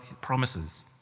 promises